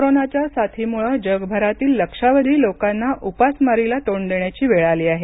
कोरोनाच्या साथीमुळं जगभरातील लक्षावधी लोकांना उपासमारीला तोंड देण्याची वेळ आली आहे